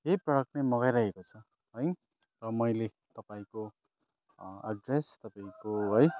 यही प्रडक्ट नै मगाइरहेको छ है र मैले तपाईँको एड्रेस तपाईँको है